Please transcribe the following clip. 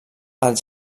als